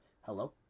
Hello